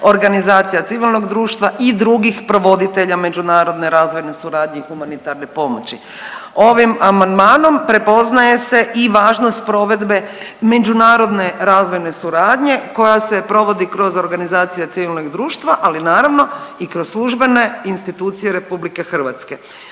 organizacija civilnog društva i drugih provoditelja međunarodne razvojne suradnje i humanitarne pomoći. Ovim amandmanom prepoznaje se i važnost provedbe međunarodne razvojne suradnje koja se provodi kroz organizacije civilnog društva, ali naravno i kroz službene institucije RH. Držimo da je